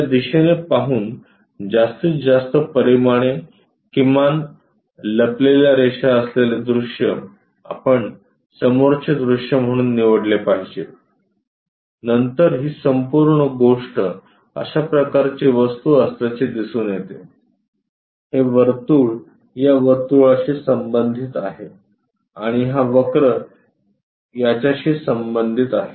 या दिशेने पाहून जास्तीत जास्त परिमाणे किमान लपलेल्या रेषा असलेले दृश्य आपण समोरचे दृश्य म्हणून निवडले पाहीजे नंतर ही संपूर्ण गोष्ट अशा प्रकारची वस्तू असल्याचे दिसून येते हे वर्तुळ या वर्तूळाशी संबंधित आहे आणि हा वक्र याच्याशी संबंधित आहे